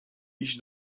iść